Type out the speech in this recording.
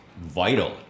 vital